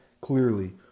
Clearly